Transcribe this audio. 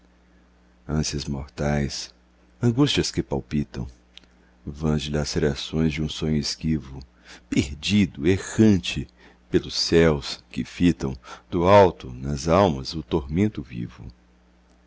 ânsias mortais angústias que palpitam vãs dilacerações de um sonho esquivo perdido errante pelos céus que fitam do alto nas almas o tormento vivo